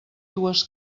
dues